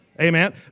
Amen